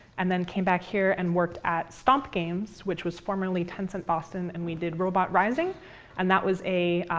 and then came back here and worked at stomp games, which was formerly tencent boston. and we did robot rising and that was a